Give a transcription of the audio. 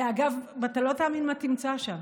ואגב, אתה לא תאמין מה תמצא שם